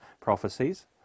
prophecies